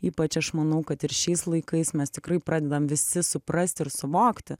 ypač aš manau kad ir šiais laikais mes tikrai pradedam visi suprasti ir suvokti